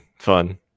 fun